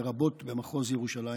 לרבות במחוז ירושלים,